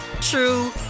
true